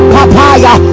Papaya